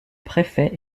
préfet